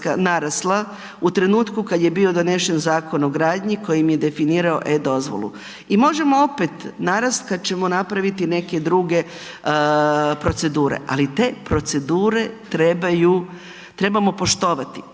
narasla u trenutku kad je bio donešen Zakon o gradnji kojim je definirao e-dozvolu, i možemo opet narast kad ćemo napraviti neke druge procedure, ali te procedure trebaju, trebamo poštovati,